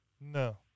No